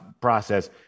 process